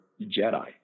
Jedi